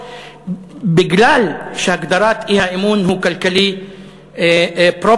בגלל העובדה שהגדרת האי-אמון היא כלכלית פרופר,